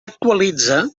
actualitza